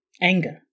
anger